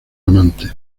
amantes